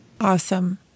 Awesome